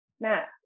Matt